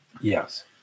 yes